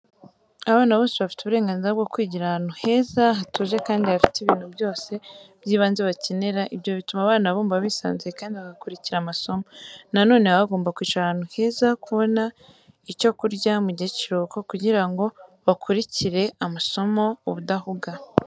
Abana bose bafite uburenganzira bwo kwigira ahantu heza, hatuje kandi hafite ibintu byose by'ibanze bakenera. Ibyo bituma abana bumva bisanzuye kandi bagakurikira amasomo. Nanone baba bagomba kwicara ahantu heza, kubona icyo kurya mu gihe cy'ikiruhuko kugira ngo bakurikire amasomo ubudahuga.